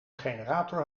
generator